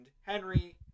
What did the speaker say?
Henry